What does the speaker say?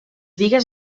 bigues